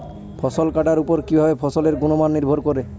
ফসল কাটার উপর কিভাবে ফসলের গুণমান নির্ভর করে?